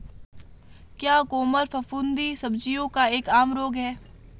क्या कोमल फफूंदी सब्जियों का एक आम रोग है?